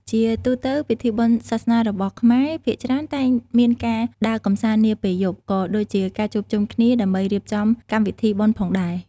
ជាទូទៅ ពិធីបុណ្យសាសនារបស់ខ្មែរភាគច្រើនតែងមានការដើរកម្សាន្តនាពេលយប់ ក៏ដូចជាការជួបជុំគ្នាដើម្បីរៀបចំកម្មវិធីបុណ្យផងដែរ។